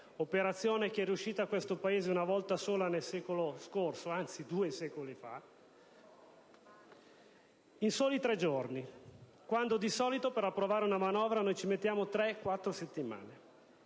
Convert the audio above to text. operazione che è riuscita a questo Paese una volta sola due secoli fa, in soli tre giorni, quando di solito per approvare una manovra impieghiamo tre o quattro settimane.